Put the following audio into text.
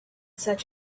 such